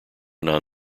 non